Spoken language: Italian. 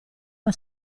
una